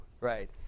right